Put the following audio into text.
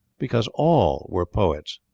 because all were poets.